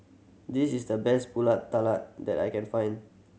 this is the best Pulut Tatal that I can find